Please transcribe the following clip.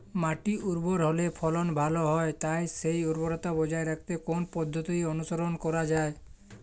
মাটি উর্বর হলে ফলন ভালো হয় তাই সেই উর্বরতা বজায় রাখতে কোন পদ্ধতি অনুসরণ করা যায়?